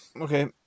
Okay